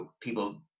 people